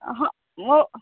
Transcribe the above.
हँ ओ